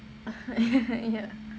ya